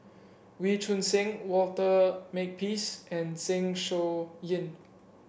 Wee Choon Seng Walter Makepeace and Zeng Shouyin